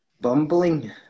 Bumbling